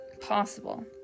possible